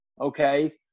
okay